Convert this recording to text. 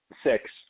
Six